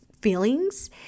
feelings